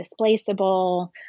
displaceable